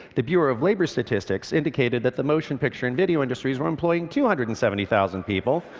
the bureau of labor statistics indicated that the motion picture and video industries were employing two hundred and seventy thousand people.